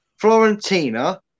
Florentina